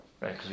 right